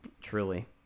Truly